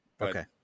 okay